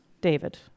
David